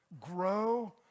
grow